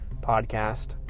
podcast